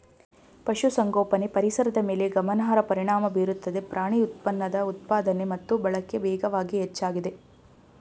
ಪಶುಸಂಗೋಪನೆ ಪರಿಸರದ ಮೇಲೆ ಗಮನಾರ್ಹ ಪರಿಣಾಮ ಬೀರುತ್ತದೆ ಪ್ರಾಣಿ ಉತ್ಪನ್ನದ ಉತ್ಪಾದನೆ ಮತ್ತು ಬಳಕೆ ವೇಗವಾಗಿ ಹೆಚ್ಚಾಗಿದೆ